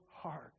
heart